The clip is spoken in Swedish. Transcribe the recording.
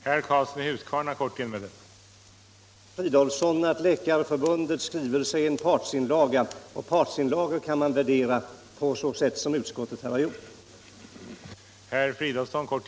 Herr talman! Jag vill säga till herr Fridolfsson att Läkarförbundets yttrande är en partsinlaga, och partsinlagor kan man värdera på det sätt som utskottet här har gjort.